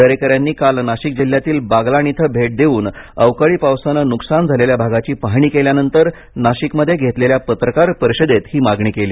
दरेकर यांनी काल नाशिक जिल्ह्यातील बागलाण इथं भेट देऊन अवकाळी पावसानं नुकसान झालेल्या भागाची पाहणी केल्यानंतर नाशिकमध्ये घेतलेल्या पत्रकार परिषदेत ही मागणी केली